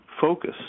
focus